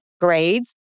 grades